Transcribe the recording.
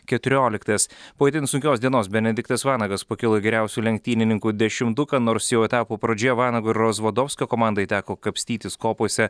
keturioliktas po itin sunkios dienos benediktas vanagas pakilo į geriausių lenktynininkų dešimtuką nors jau etapo pradžioje vanago ir rozvadofskio komandai teko kapstytis kopose